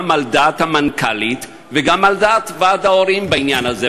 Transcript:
גם על דעת המנכ"לית וגם על דעת ועד ההורים בעניין הזה.